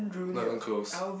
never close